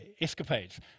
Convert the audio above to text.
escapades